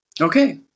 okay